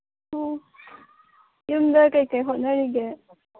ꯑꯣ ꯌꯨꯝꯗ ꯀꯩꯀꯩ ꯍꯣꯠꯅꯔꯤꯒꯦ